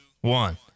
one